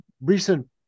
recent